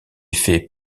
fait